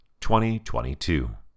2022